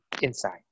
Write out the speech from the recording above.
inside